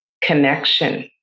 connection